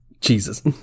jesus